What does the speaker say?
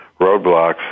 roadblocks